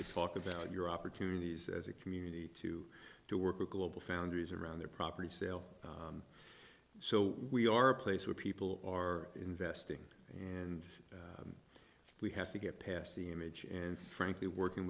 can talk about your opportunities as a community to to work with global foundries around their property sale so we are a place where people are investing and we have to get past the image and frankly working